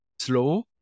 slow